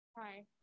Hi